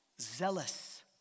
zealous